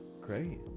Great